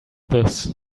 this